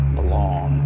belong